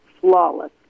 flawless